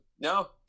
No